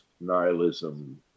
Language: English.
nihilism